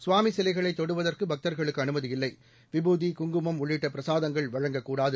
சுவாமி சிலைகளை தொடுவதற்கு பக்தர்களுக்கு அனுமதி இல்லை விபூதி குங்குமம் உள்ளிட்ட பிசாதங்கள் வழங்கக்கூடாது